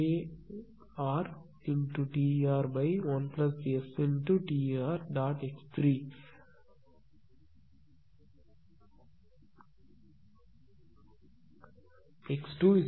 அடுத்து உங்கள் x21SKrTr1STr